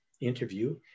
interview